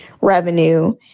revenue